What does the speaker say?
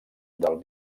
del